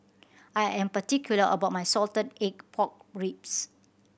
I am particular about my salted egg pork ribs